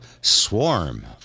swarm